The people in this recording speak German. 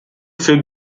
für